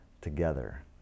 together